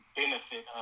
benefit